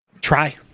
try